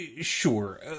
Sure